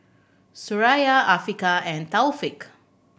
Suraya Afiqah and Taufik